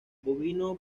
bovino